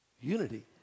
unity